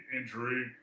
injury